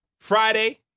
Friday